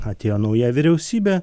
atėjo nauja vyriausybė